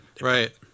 Right